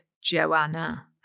Joanna